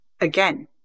again